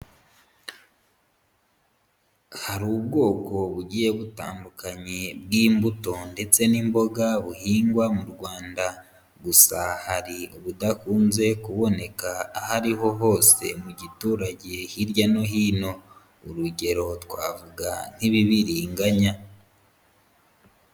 Hari ubwoko bugiye butandukanye bw'imbuto ndetse n'imboga buhingwa mu Rwanda, gusa hari ubudakunze kuboneka aho ari ho hose mu giturage hirya no hino, urugero twavuga nk'ibibiringanya.